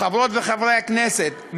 חברות וחברי הכנסת,